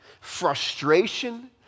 frustration